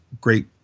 great